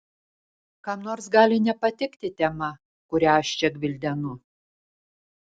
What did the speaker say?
kam nors gali nepatikti tema kurią aš čia gvildenu